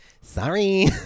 Sorry